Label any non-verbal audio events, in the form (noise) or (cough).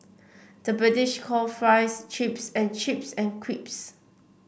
the British call fries chips and chips (unintelligible)